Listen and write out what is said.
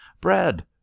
bread